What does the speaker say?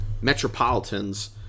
Metropolitans